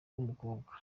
w’umukobwa